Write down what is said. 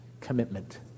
commitment